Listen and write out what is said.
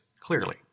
clearly